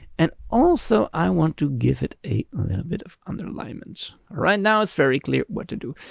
and also i want to give it a little bit of and alignment, alright now it's very clear what to do.